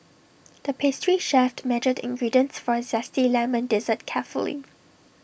the pastry chef measured the ingredients for A Zesty Lemon Dessert carefully